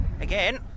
again